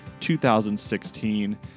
2016